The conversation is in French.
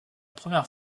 première